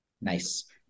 Nice